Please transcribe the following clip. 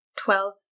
Twelve